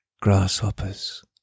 Grasshoppers